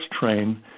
train